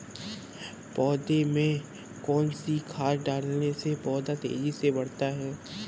पौधे में कौन सी खाद डालने से पौधा तेजी से बढ़ता है?